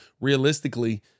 realistically